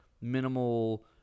minimal